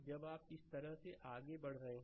जब आप इस तरह से आगे बढ़ रहे हैं